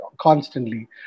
constantly